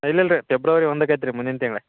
ಇಲ್ಲಿ ಇಲ್ಲಿ ರೀ ಫೆಬ್ರವರಿ ಒಂದಕ್ಕೆ ಐತಿ ರೀ ಮುಂದಿನ ತಿಂಗ್ಳು